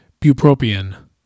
Bupropion